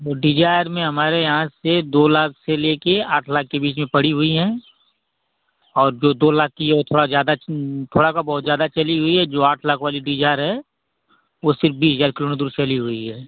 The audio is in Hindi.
वह डिजायर में हमारे यहाँ से दो लाख से लेकर आठ लाख के बीच में पड़ी हुई हैं और जो दो लाख की है वह थोड़ा ज़्यादा थोड़ा का बहोत जादा चली हुई है जो आठ लाख वाली डिजायर है वह सिर्फ बीस हज़ार किलोमीटर दूर चली हुई है